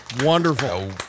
Wonderful